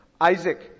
Isaac